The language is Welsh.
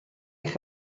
eich